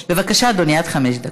בבקשה, אדוני, עד חמש דקות.